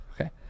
Okay